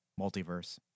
Multiverse